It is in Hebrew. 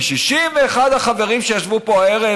כי 61 החברים שישבו פה הערב,